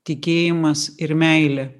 tikėjimas ir meilė